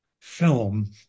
film